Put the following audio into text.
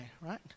right